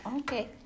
okay